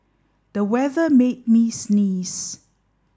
the weather made me sneeze